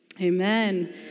amen